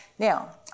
Now